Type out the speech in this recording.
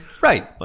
Right